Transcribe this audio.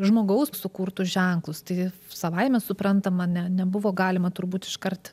žmogaus sukurtus ženklus tai savaime suprantama ne nebuvo galima turbūt iškart